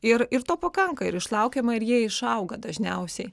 ir ir to pakanka ir išlaukiama ir jie išauga dažniausiai